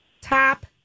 Top